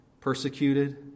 Persecuted